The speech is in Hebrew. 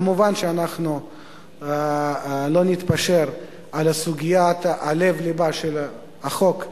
מובן שאנחנו לא נתפשר על סוגיית לב לבו של החוק,